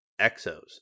Exos